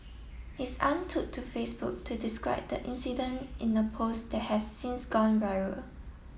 his aunt took to Facebook to describe the incident in a post that has since gone viral